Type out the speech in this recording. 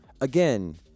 again